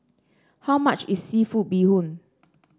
how much is seafood Bee Hoon